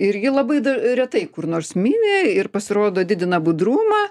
irgi labai retai kur nors mini ir pasirodo didina budrumą